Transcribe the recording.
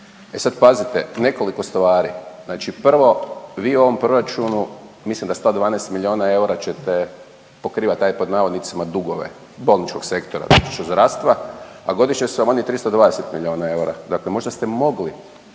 E sad pazite nekoliko stvari. Znači prvo vi u ovom proračunu mislim da sa ta 12 milijuna eura ćete pokrivati taj pod navodnicima dugove bolničkog sektora, odnosno zdravstva a godišnje su vam oni 320 milijuna eura. Dakle, možda ste mogli